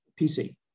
PC